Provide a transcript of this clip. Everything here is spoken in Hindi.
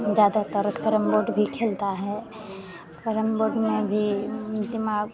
ज़्यादातर कैरम बोर्ड भी खेलता है कैरम बोर्ड में भी दिमाग